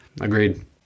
Agreed